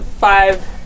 five